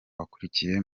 wakuriye